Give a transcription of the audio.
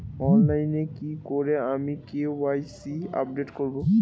অনলাইনে কি করে আমি কে.ওয়াই.সি আপডেট করব?